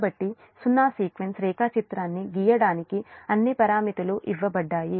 కాబట్టి సున్నా సీక్వెన్స్ రేఖాచిత్రాన్ని గీయడానికి అన్ని పారామితులు ఇవ్వబడ్డాయి